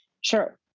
sure